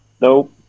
Nope